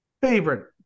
favorite